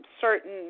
certain